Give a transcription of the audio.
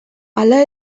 hala